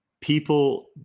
people